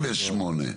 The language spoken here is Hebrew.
וואו.